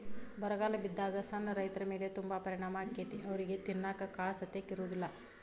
ಬರಗಾಲ ಬಿದ್ದಾಗ ಸಣ್ಣ ರೈತರಮೇಲೆ ತುಂಬಾ ಪರಿಣಾಮ ಅಕೈತಿ ಅವ್ರಿಗೆ ತಿನ್ನಾಕ ಕಾಳಸತೆಕ ಇರುದಿಲ್ಲಾ